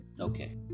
Okay